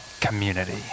community